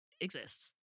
exists